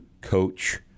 coach